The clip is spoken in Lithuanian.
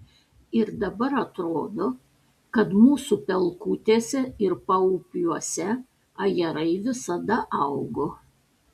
ir dabar atrodo kad mūsų pelkutėse ir paupiuose ajerai visada augo